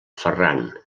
ferran